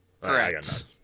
Correct